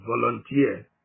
Volunteer